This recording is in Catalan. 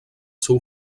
seu